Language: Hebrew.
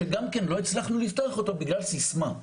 שגם כן לא הצליחו לפתוח אותו בגלל סיסמה.